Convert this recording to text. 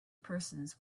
persons